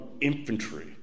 infantry